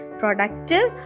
productive